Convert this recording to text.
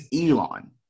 Elon